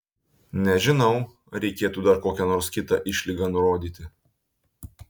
nežinau ar reikėtų dar kokią nors kitą išlygą nurodyti